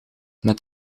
met